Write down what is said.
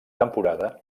temporada